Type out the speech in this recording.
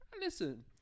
listen